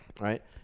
Right